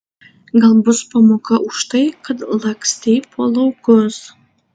gal bus pamoka už tai kad lakstei po laukus